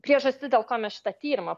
priežastis dėl ko mes šitą tyrimą